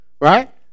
Right